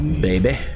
baby